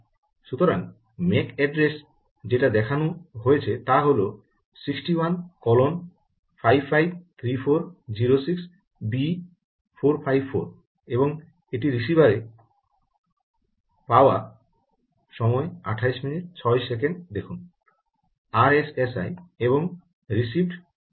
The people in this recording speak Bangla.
সুতরাং ম্যাক অ্যাড্রেস যেটা দেখানো হয়েছে তা হল 61553406 বি 454 এবং এটি রিসিভারে পাওয়া সময় 2806 দেখুন আরএসএসআই এর রিসিভড সিগন্যাল শক্তি